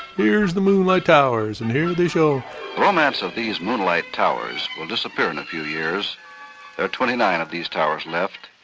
here's the moonlight towers and here they show romance of these moonlight towers will disappear in a few years. there are twenty nine of these towers left,